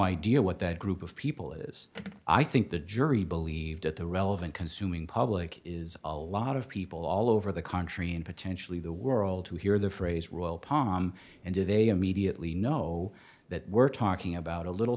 idea what that group of people is i think the jury believed at the relevant consuming public is a lot of people all over the country and potentially the world who hear the phrase royal palm and do they immediately know that we're talking about a little